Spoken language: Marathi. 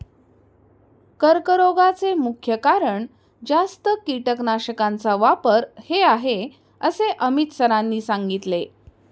कर्करोगाचे मुख्य कारण जास्त कीटकनाशकांचा वापर हे आहे असे अमित सरांनी सांगितले